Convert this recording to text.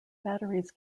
batteries